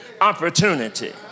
opportunity